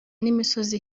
n’imisozi